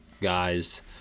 guys